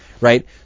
right